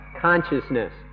consciousness